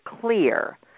clear